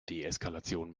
deeskalation